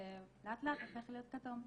ולאט לאט הופך להיות כתום.